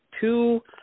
two